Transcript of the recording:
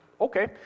okay